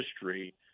history